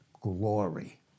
glory